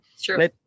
Sure